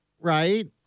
right